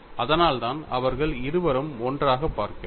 அதனால்தான் அவர்கள் இருவரையும் ஒன்றாகப் பார்க்கிறோம்